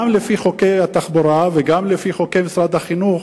גם לפי חוקי התחבורה וגם לפי חוקי משרד החינוך,